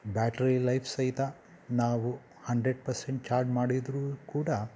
battery life ಸಹಿತ ನಾವು hundred percent charge ಮಾಡಿದ್ದರೂ ಕೂಡ